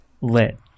lit